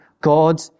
God